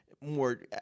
more